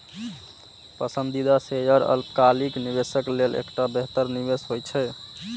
पसंदीदा शेयर अल्पकालिक निवेशक लेल एकटा बेहतर निवेश होइ छै